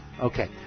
Okay